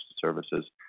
services